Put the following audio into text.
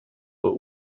but